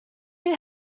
who